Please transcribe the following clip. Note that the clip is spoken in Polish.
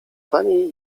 pani